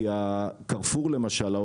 כי קרפור למשל,